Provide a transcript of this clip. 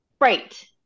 Right